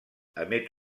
emet